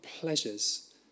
pleasures